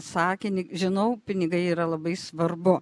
sakinį žinau pinigai yra labai svarbu